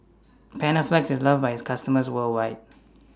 Panaflex IS loved By its customers worldwide